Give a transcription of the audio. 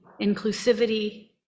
inclusivity